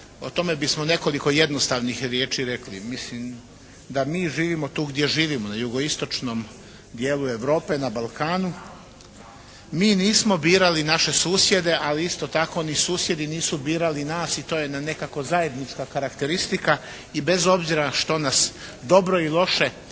o tome bismo nekoliko jednostavnih riječi rekli. Mislim da mi živimo tu gdje živimo, na jugoistočnom dijelu Europe, na Balkanu mi nismo birali naše susjede, ali isto tako ni susjedi nisu birali nas i to nam je nekako zajednička karakteristika. I bez obzira što nas dobro i loše